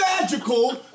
magical